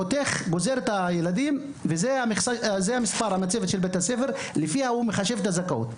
חותך את מספר הילדים ולפי זה הוא מחשב את אחוזי הזכאות.